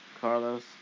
Carlos